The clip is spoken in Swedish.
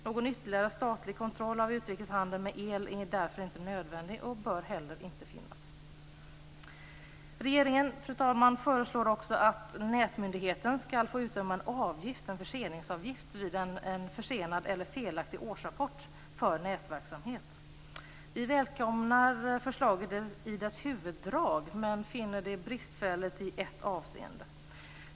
Någon ytterligare statlig kontroll av utrikeshandeln med el är därför inte nödvändig och bör heller inte finnas. Regeringen föreslår också, fru talman, att nätmyndigheten skall få utdöma en förseningsavgift vid försenad eller felaktig årsrapport för nätverksamhet. Vi välkomnar förslaget i dess huvuddrag men finner det bristfälligt i ett avseende.